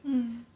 mm